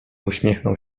uśmiechnął